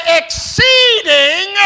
exceeding